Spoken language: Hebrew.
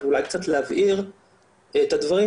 ואולי קצת להבהיר את הדברים,